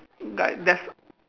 like there's